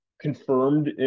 confirmed